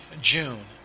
June